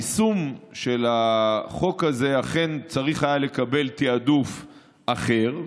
היישום של החוק הזה אכן צריך היה לקבל תעדוף אחר,